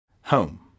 home